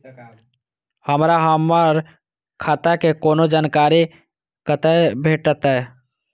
हमरा हमर खाता के कोनो जानकारी कतै भेटतै?